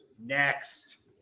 Next